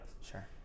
Sure